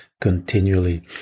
continually